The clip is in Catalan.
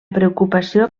preocupació